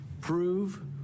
prove